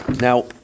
Now